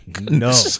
no